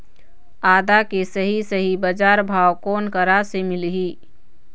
आदा के सही सही बजार भाव कोन करा से मिलही?